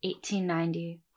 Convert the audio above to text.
1890